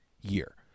year